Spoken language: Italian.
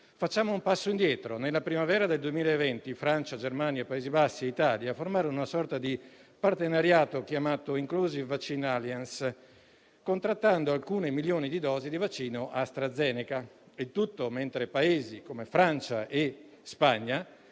Facciamo un passo indietro. Nella primavera del 2020 Francia, Germania, Paesi Bassi e Italia formarono una sorta di partenariato chiamato Inclusive vaccine alliance, contrattando alcune milioni di dosi di vaccino AstraZeneca; il tutto mentre Paesi come Francia e Spagna